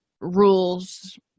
rules